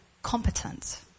Competent